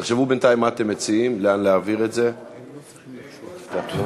חברת הכנסת זהבה